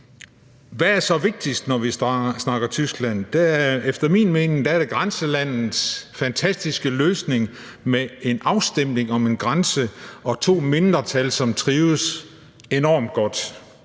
Hvad er så vigtigst, når vi snakker Tyskland? Efter min mening er det grænselandets fantastiske løsning med en afstemning om en grænse og to mindretal, som trives enormt godt.